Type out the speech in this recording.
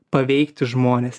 paveikti žmones